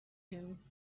him